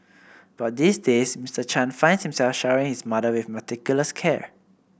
but these days Mister Chan finds himself showering his mother with meticulous care